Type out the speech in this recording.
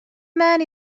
man